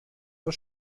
zur